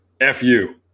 F-U